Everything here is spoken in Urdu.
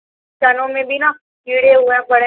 چنّوں میں بھی نہ کیڑے ہو ئے ہیں پڑے